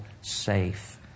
safe